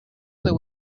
there